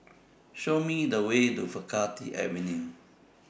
Show Me The Way to Faculty Avenue